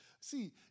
See